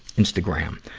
instagram.